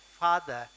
Father